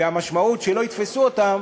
והמשמעות שלא יתפסו אותם